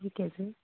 ਠੀਕ ਹੈ ਜੀ